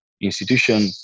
institution